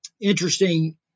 interesting